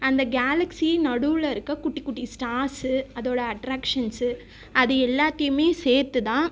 அந்த கேலக்ஸி நடுவில் இருக்கற குட்டி குட்டி ஸ்டார்ஸ் அதோடய அட்ராக்ஷன்ஸ் அது எல்லாத்தையுமே சேர்த்து தான்